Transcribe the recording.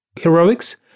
heroics